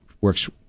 works